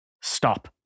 stop